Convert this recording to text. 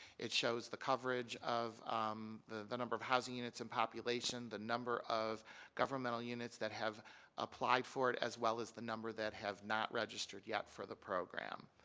it shows the coverage of um the the number of houseing units and population, the number of governmental units that have applied for it as well as the number that have not registered yet for the program.